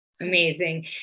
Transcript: amazing